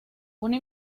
una